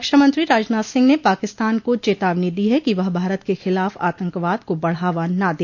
रक्षामंत्री राजनाथ सिंह ने पाकिस्तान को चेतावनी दी है कि वह भारत के खिलाफ आतंकवाद को बढ़ावा न दे